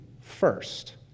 first